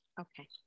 okay